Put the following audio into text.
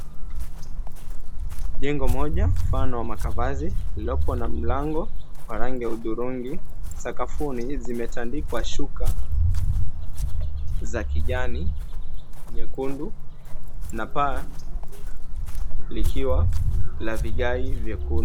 Jengo moja mfano wa makavazi lililoko na mlango ya rangi ya hudhurungi. Sakafuni zimetandikwa shuka za kijani, nyekundu na paa likiwa la vigae vyekundu.